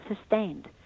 sustained